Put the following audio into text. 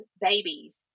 babies